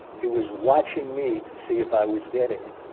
he was watching me to see if i was getting it.